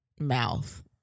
mouth